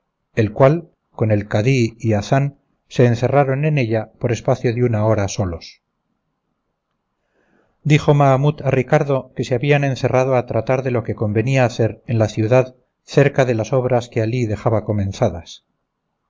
el cual con el cadí y hazán se encerraron en ella por espacio de una hora solos dijo mahamut a ricardo que se habían encerrado a tratar de lo que convenía hacer en la ciudad cerca de las obras que alí dejaba comenzadas